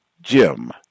Jim